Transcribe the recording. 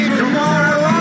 tomorrow